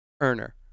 earner